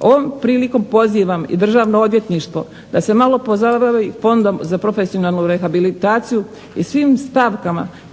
Ovom prilikom pozivam i Državno odvjetništvo da se malo pozabavio Fondom za profesionalnu rehabilitaciju i svim stavkama